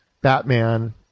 Batman